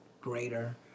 greater